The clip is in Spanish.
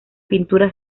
pintura